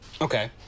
Okay